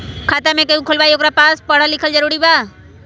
खाता जे केहु खुलवाई ओकरा परल लिखल जरूरी वा?